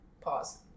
Pause